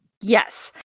Yes